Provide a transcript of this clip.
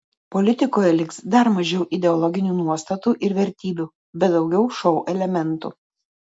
politikoje liks dar mažiau ideologinių nuostatų ir vertybių bet daugiau šou elementų